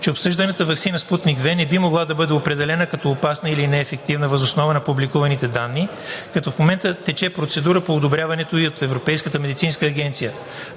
че обсъжданата ваксина „Спутник V“ не би могла да бъде определена като опасна или неефективна въз основа на публикуваните данни, като в момента тече процедура по одобряването ѝ от Европейската медицинска агенция.